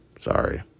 sorry